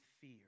fear